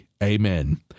Amen